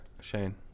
Shane